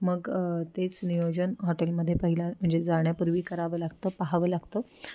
मग तेच नियोजन हॉटेलमध्ये पहिला म्हणजे जाण्यापूर्वी करावं लागतं पाहावं लागतं